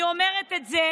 אני אומרת את זה